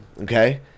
okay